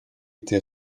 été